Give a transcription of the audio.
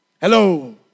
Hello